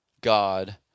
God